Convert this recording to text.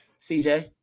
CJ